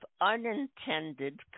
Unintended